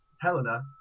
Helena